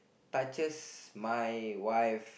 touches my wife